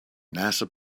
nasa